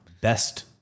Best